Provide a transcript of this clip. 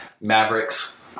Mavericks